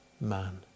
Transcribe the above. man